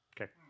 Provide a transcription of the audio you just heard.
Okay